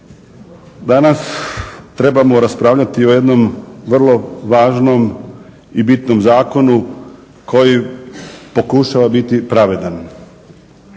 Danas trebamo raspravljati o jednom vrlo važnom i bitnom zakonu koji pokušava biti pravedan.